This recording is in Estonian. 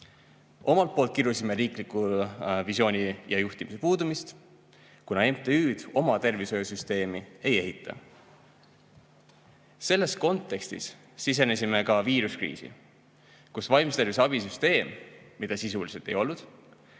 Omalt poolt kirusime riikliku visiooni ja juhtimise puudumist, kuna MTÜ‑d oma tervishoiusüsteemi ei ehita. Selles kontekstis sisenesime viiruskriisi, kus vaimse tervise abi süsteem, mida sisuliselt ei olnud,